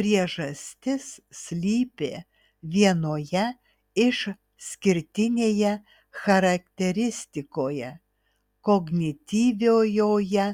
priežastis slypi vienoje išskirtinėje charakteristikoje kognityviojoje